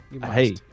Hey